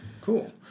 Cool